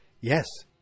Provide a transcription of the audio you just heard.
Yes